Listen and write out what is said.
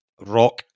rock